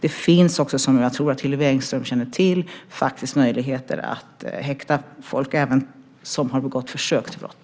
Det finns faktiskt också, som jag tror att Hillevi Engström känner till, möjligheter att häkta även dem som begått försök till brott.